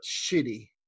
shitty